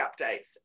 updates